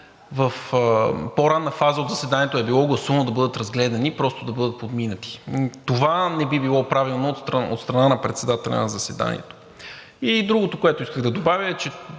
в по-ранна фаза от заседанието е било гласувано да бъдат разгледани, просто да бъдат подминати. Това не би било правилно от страна на председателя на заседанието. Другото, което исках да добавя –